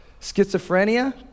schizophrenia